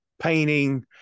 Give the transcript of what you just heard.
painting